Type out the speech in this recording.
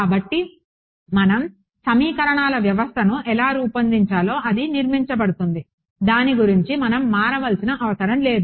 కాబట్టి మనం సమీకరణాల వ్యవస్థను ఎలా రూపొందించాలో అది నిర్మించబడుతుంది దాని గురించి మనం మారవలసిన అవసరం లేదు